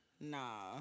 Nah